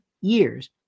years